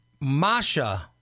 Masha